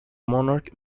monarch